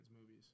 movies